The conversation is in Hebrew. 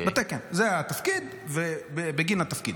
זה בגין התפקיד.